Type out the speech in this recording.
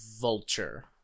vulture